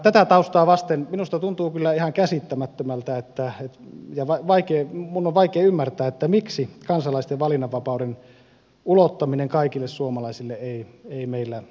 tätä taustaa vasten minusta tuntuu kyllä ihan käsittämättömältä ja minun on vaikea ymmärtää miksi kansalaisten valinnanvapauden ulottaminen kaikille suomalaisille ei meillä etene